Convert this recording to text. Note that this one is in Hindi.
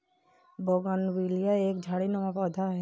बोगनविला एक झाड़ीनुमा पौधा है